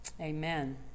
Amen